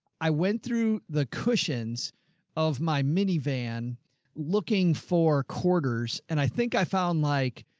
i went through the cushions of my minivan looking for quarters, and i think i found like.